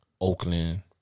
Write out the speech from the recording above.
Oakland